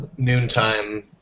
Noontime